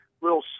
little